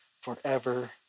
forever